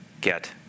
get